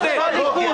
כמה דמגוגיה?